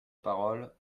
parole